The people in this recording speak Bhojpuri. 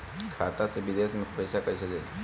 खाता से विदेश मे पैसा कईसे जाई?